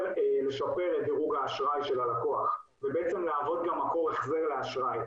לשפר את דירוג האשראי של הלקוח ובעצם להוות גם מקור החזר לאשראי.